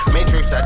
Matrix